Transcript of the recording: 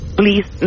please